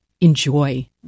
enjoy